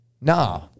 nah